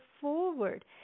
forward